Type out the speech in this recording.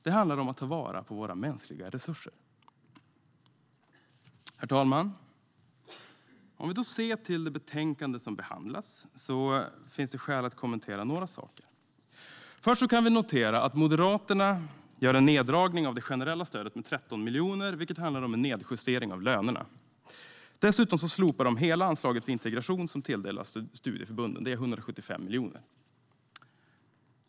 Det handlar om att ta vara på våra mänskliga resurser. Herr talman! I det betänkande som behandlas här finns det skäl att kommentera några saker. För det första kan vi notera att Moderaterna gör en neddragning av det generella stödet med 13 miljoner, vilket handlar om en nedjustering av lönerna. Dessutom slopar man hela det anslag för integration som tilldelas studieförbunden, vilket är 175 miljoner.